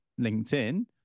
linkedin